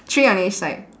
three on each side